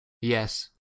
yes